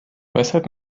weshalb